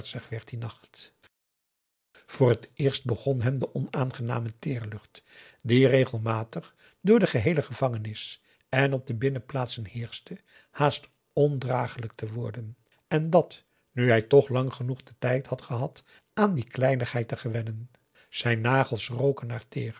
dien nacht voor het eerst begon hem de onaangename teerlucht die regelmatig door de geheele gevangenis en op de binnenplaatsen heerschte haast ondraaglijk te worden en dat nu hij toch lang genoeg den tijd had gehad aan die kleinigheid te gewennen zijn nagels roken